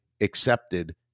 accepted